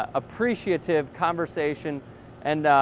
ah appreciative conversation and ah.